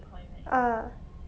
ah